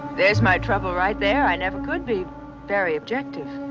there's my trouble right there. i never could be very objective.